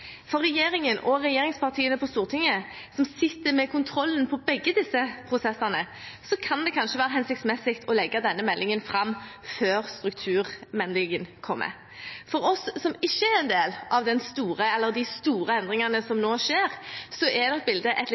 For regjeringen og regjeringspartiene på Stortinget som sitter med kontrollen på begge disse prosessene, kan det kanskje være hensiktsmessig å legge denne meldingen fram før strukturmeldingen kommer. For oss som ikke er en del av de store endringene som nå skjer, er nok bildet et